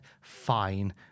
Fine